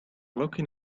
looking